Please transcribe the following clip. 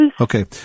Okay